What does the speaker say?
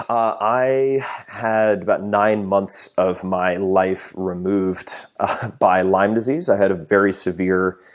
um i had about nine months of my life removed by lyme disease. i had a very severe